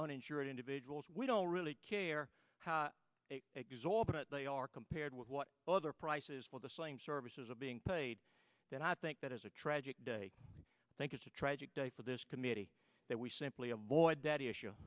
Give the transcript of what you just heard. uninsured individuals we don't really care how exorbitant they are compared with what other prices for the same services are being paid and i think that is a tragic day i think it's a tragic day for this committee that we simply avoid that issue